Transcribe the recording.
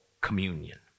communion